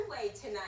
tonight